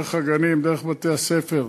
דרך הגנים, דרך בתי-הספר,